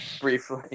briefly